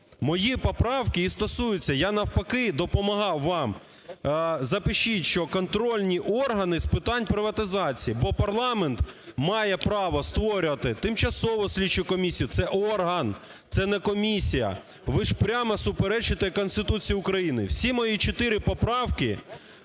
Мої поправки і стосуються, я навпаки – допомагав вам, запишіть, що контрольні органи з питань приватизації. Бо парламент має право створювати тимчасову слідчу комісію. Це орган, це не комісія. Ви ж прямо суперечите Конституції України. Всі мої чотири поправки